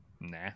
Nah